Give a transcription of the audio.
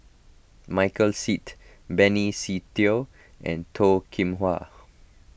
Michael Seet Benny Se Teo and Toh Kim Hwa